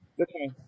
Okay